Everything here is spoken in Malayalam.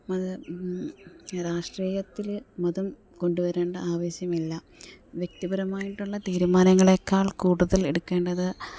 അത് രാഷ്ട്രീയത്തില് മതം കൊണ്ടുവരേണ്ട ആവശ്യമില്ല വ്യക്തിപരമായിട്ടുള്ള തീരുമാനങ്ങളെക്കാൾ കൂടുതൽ എടുക്കേണ്ടത്